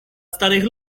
starych